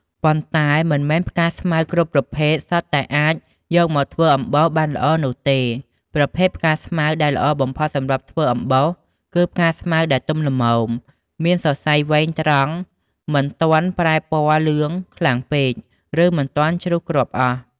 ប៉ុន្តែមិនមែនផ្កាស្មៅគ្រប់ប្រភេទសុទ្ធតែអាចយកមកធ្វើអំបោសបានល្អនោះទេ ប្រភេទផ្កាស្មៅដែលល្អបំផុតសម្រាប់ធ្វើអំបោស គឺផ្កាស្មៅដែលទុំល្មម មានសរសៃវែងត្រង់ មិនទាន់ប្រែពណ៌លឿងខ្លាំងពេក ឬមិនទាន់ជ្រុះគ្រាប់អស់។